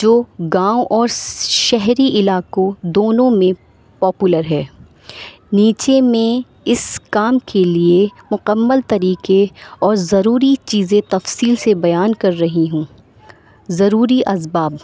جو گاؤں اور شہری علاقوں دونوں میں پاپولر ہے نیچے میں اس کام کے لیے مکمل طریقے اور ضروری چیزیں تفصیل سے بیان کر رہی ہوں ضروری اسباب